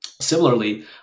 Similarly